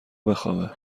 بخوابه